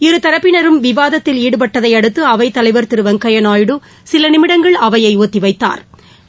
இருதரப்பினரும் விவாதத்தில் ஈடுபட்டதை அடுத்து அவைத்தலைவர் திரு வெங்கையா நாயுடு சில நிமிடங்கள் அவையை ஒத்தி வைத்தாா்